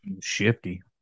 shifty